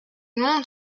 monte